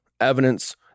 evidence